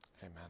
Amen